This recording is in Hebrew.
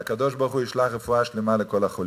והקדוש-ברוך-הוא ישלח רפואה שלמה לכל החולים.